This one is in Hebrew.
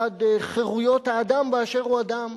בעד חירויות האדם באשר הוא אדם.